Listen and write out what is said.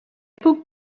puc